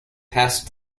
passed